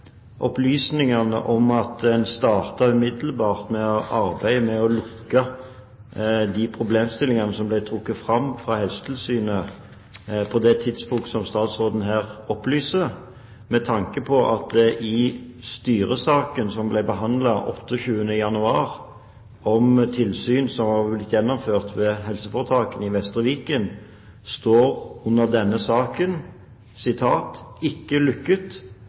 opplysningene om at en umiddelbart startet arbeidet med å lukke de problemstillingene som ble trukket fram av Helsetilsynet på det tidspunkt som statsråden her opplyser, med tanke på at det i styresaken som ble behandlet 28. januar, om tilsyn som var blitt gjennomført ved helseforetakene i Vestre Viken, står under denne saken: Ikke